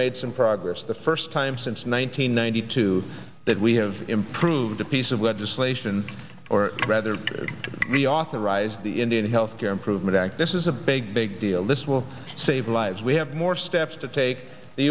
made some progress the first time since one thousand nine hundred two that we have improved a piece of legislation or rather we authorized the indian health care improvement act this is a big big deal this will save lives we have more steps to take the